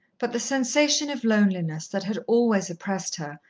but the sensation of loneliness that had always oppressed her,